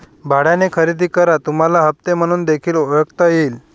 भाड्याने खरेदी करा तुम्हाला हप्ते म्हणून देखील ओळखता येईल